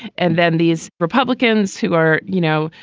and then these republicans who are, you know,